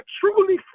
truly